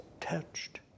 touched